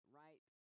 right